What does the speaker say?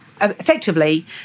effectively